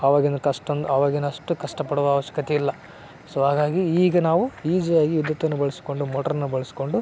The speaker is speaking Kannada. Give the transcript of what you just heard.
ಆವಾಗಿನ ಕಷ್ಟೊಂದ್ ಆವಾಗಿನ ಅಷ್ಟು ಕಷ್ಟಪಡುವ ಅವಶ್ಯಕತೆ ಇಲ್ಲ ಸೊ ಹಾಗಾಗಿ ಈಗ ನಾವು ಈಜಿಯಾಗಿ ವಿದ್ಯುತ್ತನ್ನು ಬಳಸಿಕೊಂಡು ಮೋಟ್ರನ್ನ ಬಳಸಿಕೊಂಡು